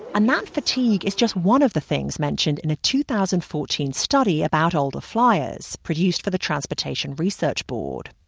and that fatigue is just one of the things mentioned in a two thousand and fourteen study about older flyers, produced for the transportation research board.